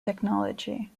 technology